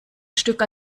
stück